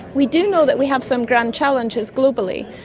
we do know that we have some grand challenges globally,